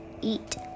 eat